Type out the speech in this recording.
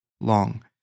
long